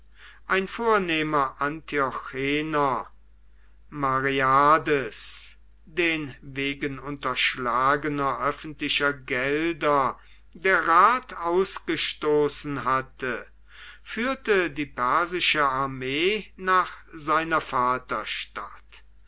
ein vornehmer antiochener mareades den wegen unterschlagener öffentlicher gelder der rat ausgestoßen hatte führte die persische armee nach seiner